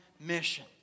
mission